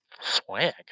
Swag